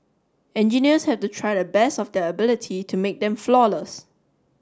engineers have to try to the best of their ability to make them flawless